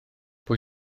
pwy